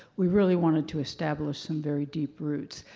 we really wanted to establish some very deep roots,